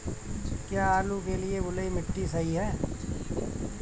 क्या आलू के लिए बलुई मिट्टी सही है?